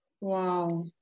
wow